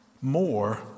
more